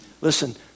listen